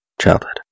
childhood